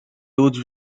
loads